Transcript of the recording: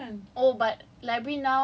oh no cause COVID then now they